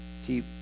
See